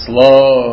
Slow